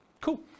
Cool